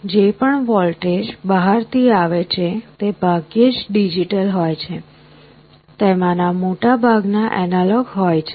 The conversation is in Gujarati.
જે પણ વોલ્ટેજ બહારથી આવે છે તે ભાગ્યે જ ડિજિટલ હોય છે તેમાંના મોટાભાગના એનાલોગ હોય છે